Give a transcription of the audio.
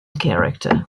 character